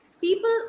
people